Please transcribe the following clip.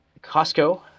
Costco